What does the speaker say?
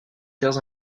terres